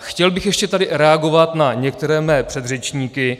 Chtěl bych ještě tady reagovat na některé své předřečníky.